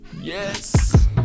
Yes